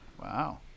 Wow